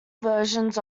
versions